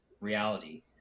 reality